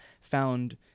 found